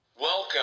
Welcome